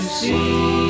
see